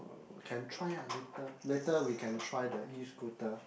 oh can try ah later later we can try the E-Scooter